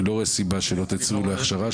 אני לא רואה סיבה שאתם לא תצאו שמה.